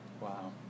Wow